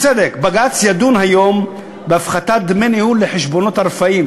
בצדק: בג"ץ ידון היום בהפחתת דמי ניהול לחשבונות הרפאים,